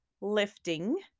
lifting